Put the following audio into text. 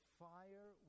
fire